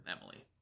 Emily